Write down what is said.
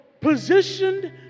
Positioned